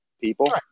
people